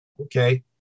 Okay